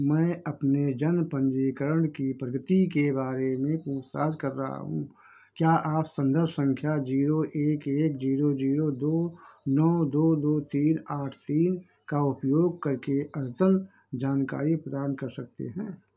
मैं अपने जन्म पन्जीकरण की प्रगति के बारे में पूछताछ कर रहा हूँ क्या आप सन्दर्भ सँख्या ज़ीरो एक एक ज़ीरो ज़ीरो दो नौ दो दो तीन आठ तीन का उपयोग करके अद्यतन जानकारी प्रदान कर सकते हैं